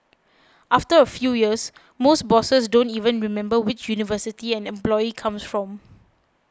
after a few years most bosses don't even remember which university an employee comes from